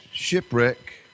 shipwreck